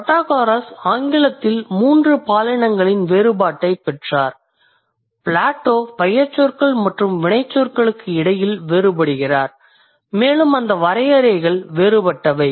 Protagoras ஆங்கிலத்தில் 3 பாலினங்களின் வேறுபாட்டைப் பெற்றார் பிளேட்டோ பெயர்ச்சொற்கள் மற்றும் வினைச்சொற்களுக்கு இடையில் வேறுபடுகிறார் மேலும் அந்த வரையறைகள் வேறுபட்டவை